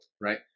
Right